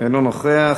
אינו נוכח,